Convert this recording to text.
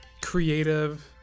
creative